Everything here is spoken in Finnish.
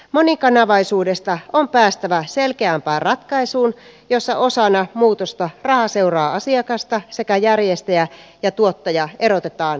monikanavaisuudesta on päästävä selkeämpään ratkaisuun jossa osana muutosta raha seuraa asiakasta sekä järjestäjä ja tuottaja erotetaan toisistaan